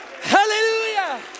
hallelujah